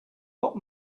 lot